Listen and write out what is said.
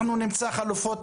אנחנו נמצא חלופות,